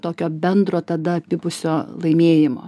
tokio bendro tada abipusio laimėjimo